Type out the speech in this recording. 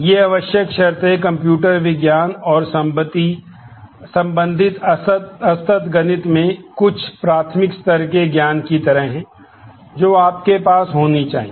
ये आवश्यक शर्तें कंप्यूटर विज्ञान और संबंधित असतत गणित में कुछ प्राथमिक स्तर के ज्ञान की तरह हैं जो आपके पास होनी चाहिए